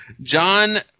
John